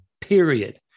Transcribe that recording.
period